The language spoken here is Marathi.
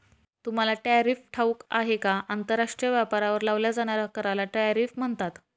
तुम्हाला टॅरिफ ठाऊक आहे का? आंतरराष्ट्रीय व्यापारावर लावल्या जाणाऱ्या कराला टॅरिफ म्हणतात